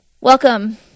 welcome